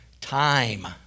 Time